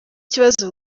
kibazo